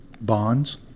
Bonds